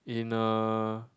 in a